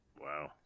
Wow